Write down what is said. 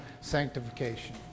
sanctification